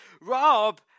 Rob